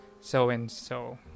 so-and-so